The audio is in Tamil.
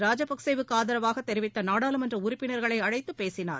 ராஜபக்சே வுக்கு ஆதரவு தெரிவித்த நாடாளுமன்ற உறுப்பினர்களை அழைத்துப் பேசினார்